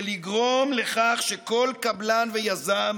ולגרום לכך שכל קבלן ויזם